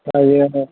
మరి ఏమో